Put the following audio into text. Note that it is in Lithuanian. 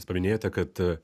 jūs paminėjote kad